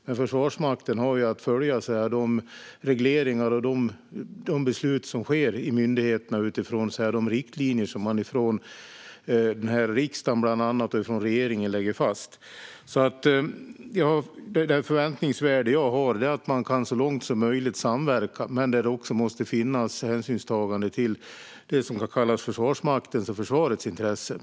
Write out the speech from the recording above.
Men Försvarsmakten har att följa regleringar och beslut från myndigheterna utifrån de riktlinjer som bland annat riksdagen och regeringen lägger fast. Den förväntningsvärld jag har är att man så långt som möjligt kan samverka men att det också måste finnas hänsynstagande till det som kan kallas Försvarsmaktens och försvarets intressen.